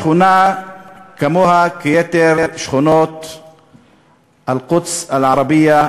כמוה כיתר שכונות אל-קודס אל-ערבייה,